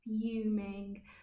fuming